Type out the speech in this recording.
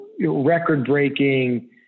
record-breaking